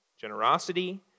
Generosity